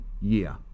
year